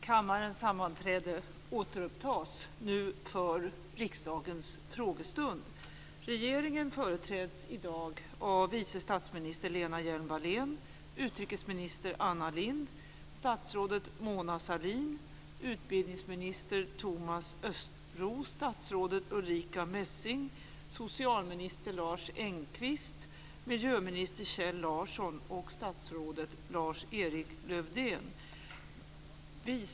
Kammarens sammanträde återupptas, nu för riksdagens frågestund. Regeringen företräds i dag av vice statsminister Lena Hjelm-Wallén, utrikesminister Larsson och statsrådet Lars-Erik Lövdén.